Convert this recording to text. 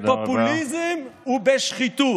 בפופוליזם ובשחיתות.